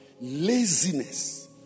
laziness